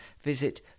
visit